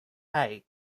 hey